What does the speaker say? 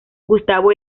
gustavo